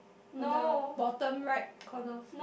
on the bottom right corner